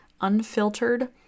Unfiltered